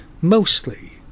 mostly